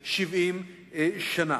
70 שנה.